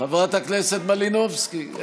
חברת הכנסת מלינובסקי,